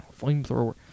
Flamethrower